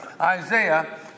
Isaiah